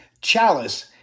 chalice